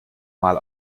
mal